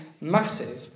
massive